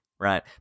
Right